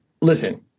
Listen